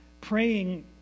praying